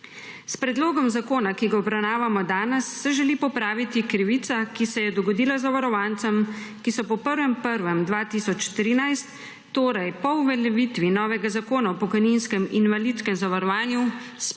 S predlogom zakona, ki ga obravnavamo danes, se želi popraviti krivica, ki se je dogodila zavarovancem, ki so po 1. 1. 2013, torej po uveljavitvi novega zakona o pokojninskem in invalidskem zavarovanju,